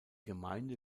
gemeinde